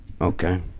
Okay